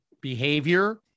behavior